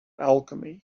alchemy